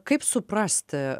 kaip suprasti